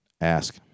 Ask